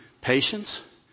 patience